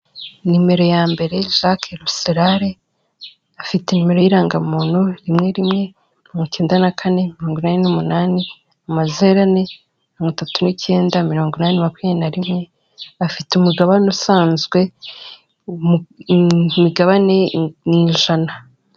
Nimero ya mbere Jaques Rusirare afite nimero y'irangamuntu rimwe rimwecnda na kane mirongo inani numunani amae natatu niicyenda mirongo inani naku na rimwe afite umugabane usanzwe migabane ni ijana.